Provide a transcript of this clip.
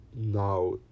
now